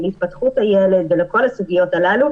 להתפתחות הילד ולכל הסוגיות הללו,